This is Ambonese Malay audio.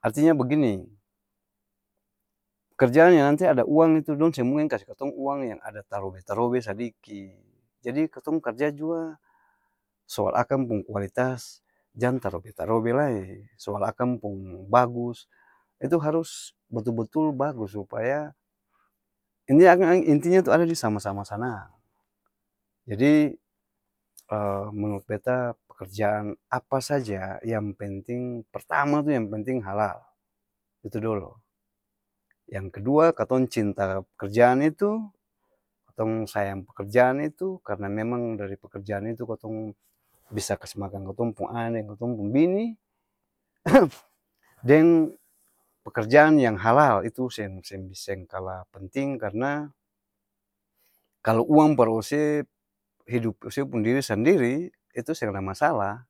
artinya begini, karja ni nanti ada uang itu dong seng mungkin kase katong uang yang ada tarobe-tarobe sadiki, jadi katong karja jua, soal akang pung kualitas jang tarobe-tarobe lae, soal akang pung bagus, itu harus betul-betul bagus supaya, inti nya akang inti nya tu ada di sama-sama sanang jadi, menurut beta pekerjaan apa saja, yang penting pertama tu yang penting halal! Itu dolo, yang kedua katong cinta pekerjaan itu, katong sayang pekerjaan itu, karna memang dari pekerjaan itu katong bisa kas makang katong pung ana deng katong pung bini deng pekerjaan yang halal itu seng, seng bis, seng kala penting karna, kalo uang par ose hidop se pung diri sendiri, itu seng da masalah.